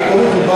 רובי,